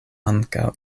ankaŭ